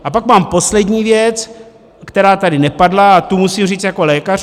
A pak mám poslední věc, která tady nepadla, a tu musím říct jako lékař.